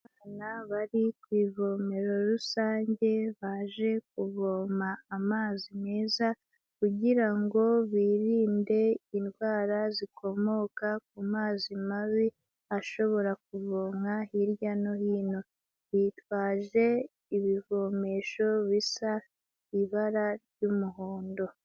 Abana bari ku ivomero rusange baje kuvoma amazi meza, kugira ngo birinde indwara zikomoka ku mazi mabi ashobora kuvomwa hirya no hino. Bitwaje ibivomesho bisa ibara ry'umuhondo.